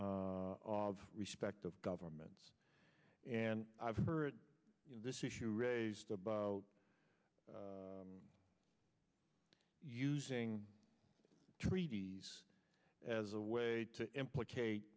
of respective governments and i've heard this issue raised about using treaties as a way to implicate